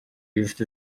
used